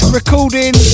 recording